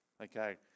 Okay